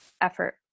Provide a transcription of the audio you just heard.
effort